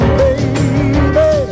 baby